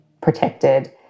protected